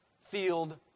field